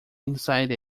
inside